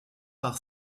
par